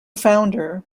founder